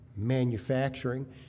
manufacturing